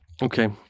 Okay